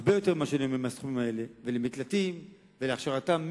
הרבה יותר מהסכומים האלה, ובמקלטים ובהכשרתם.